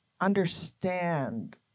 understand